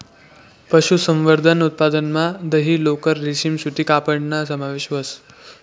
पशुसंवर्धन उत्पादनमा दही, लोकर, रेशीम सूती कपडाना समावेश व्हस